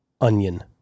onion